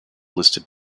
listed